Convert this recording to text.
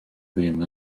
ddim